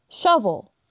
Shovel